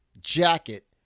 jacket